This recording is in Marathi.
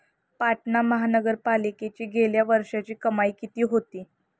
पाटणा महानगरपालिकेची गेल्या वर्षीची कमाई किती होती?